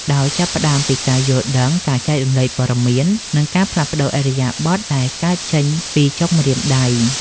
ដោយចាប់ផ្ដើមពីការយល់ដឹង ការចែករំលែកព័ត៌មាន និងការផ្លាស់ប្តូរឥរិយាបថដែលកើតចេញពីចុងម្រាមដៃ។